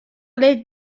lit